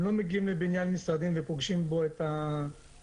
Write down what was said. הם לא מגיעים לבניין משרדים ופוגשים בו את החבר'ה,